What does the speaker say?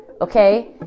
Okay